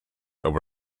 over